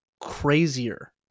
crazier